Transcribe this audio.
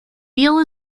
beale